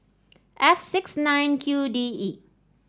F six nine Q D E